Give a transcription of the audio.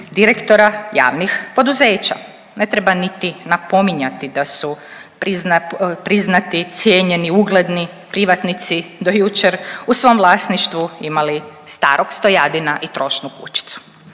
direktora javnih poduzeća. Ne treba niti napominjati da su priznati i cijenjeni ugledni privatnici do jučer u svom vlasništvu imali starog stojadina i trošnu kućicu.